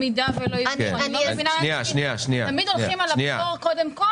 תמיד קודם כל הולכים על הפטור.